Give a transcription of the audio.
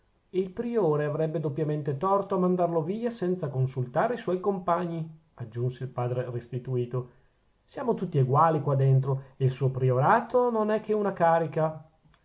il priore avrebbe doppiamente torto a mandarlo via senza consultare i suoi compagni aggiunse il padre restituto siamo tutti eguali qua dentro e il suo priorato non è che una carica